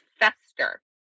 fester